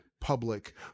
public